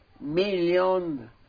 million